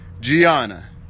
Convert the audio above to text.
Gianna